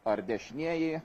ar dešinieji